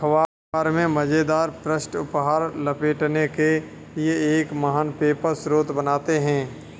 अख़बार में मज़ेदार पृष्ठ उपहार लपेटने के लिए एक महान पेपर स्रोत बनाते हैं